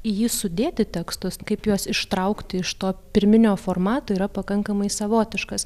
jį sudėti tekstus kaip juos ištraukti iš to pirminio formato yra pakankamai savotiškas